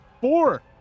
Four